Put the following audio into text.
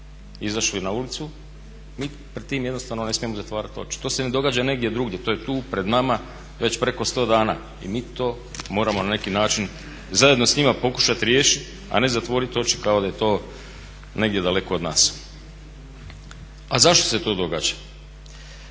izašli na ulicu, mi pred tim jednostavno ne smijemo zatvarati oči. To se ne događa negdje drugdje, to je tu pred nama već preko 100 dana i mi to na neki način moramo zajedno sa njima pokušati riješiti, a ne zatvoriti oči kao da je to negdje daleko od nas. A zašto se to događa?